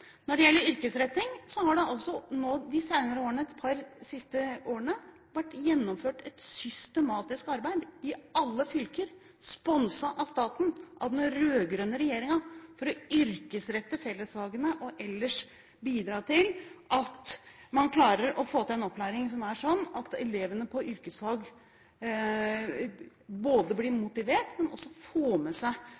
Når det gjelder yrkesretting, har det altså nå de siste par årene vært gjennomført et systematisk arbeid i alle fylker – sponset av staten, av den rød-grønne regjeringen – for å yrkesrette fellesfagene og ellers bidra til at man klarer å få til en opplæring som ikke bare er sånn at elevene på yrkesfag blir